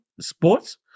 sports